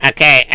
Okay